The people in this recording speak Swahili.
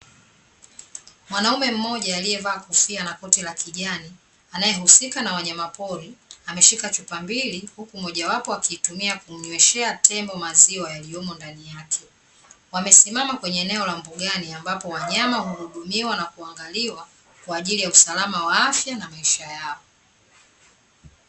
Mwanaume mmoja aliyevaa kofia na koti la kijani anayehusika na wanyama pori, ameshika chupa mbili huku moja wapo akiitumia kumnyweshea tembo maziwa yaliyomo ndani yake, wamesimama kwenye eneo la mbugani ambapo wanyama huhudumiwa na kuangaliwa, kwa ajili ya usalama wa afya na maisha yao.